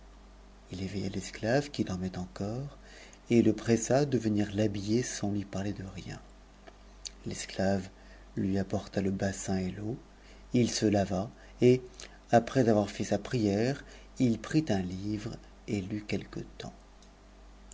il éveilla l'esclave qui dormait en core et le pressa de venir l'habiller sans lui parler de rien l'esclave lui apporta le bassin et l'eau il se lava et après avoir fait sa prière il pt un livre et lut